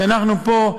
שאנחנו פה,